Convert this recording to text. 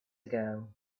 ago